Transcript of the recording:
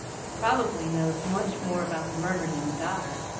who probably knows much more about the murder than the daughter.